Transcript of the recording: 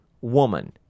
Woman